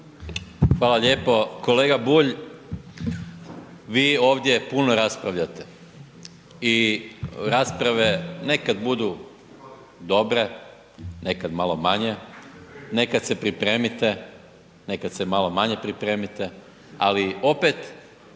Hvala lijepo. Kolega Bulj, vi ovdje puno raspravljate i rasprave nekad budu dobre, nekad malo manje, nekad se pripremite, nekad se malo manje pripremite, ali opet